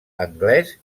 anglès